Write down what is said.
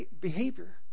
behavior